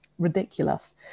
ridiculous